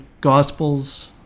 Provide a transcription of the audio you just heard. Gospels